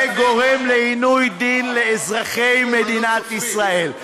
זה גורם עינוי דין לאזרחי מדינת ישראל.